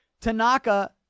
Tanaka